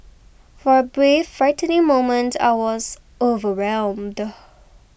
for a brief frightening moment I was overwhelmed